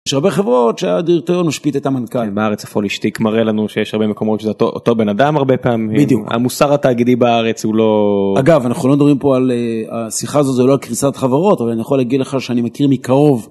יש הרבה חברות שהדירקטוריון משפיט את המנכ״ל בארץ הפויילה שטיק מראה לנו שיש הרבה מקומות זה אותו בן אדם הרבה פעמים המוסר התאגידי בארץ הוא לא אגב אנחנו לא מדברים פה על השיחה הזו זו לא על קריסת חברות אבל אני יכול להגיד לך שאני מכיר מקרוב.